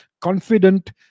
confident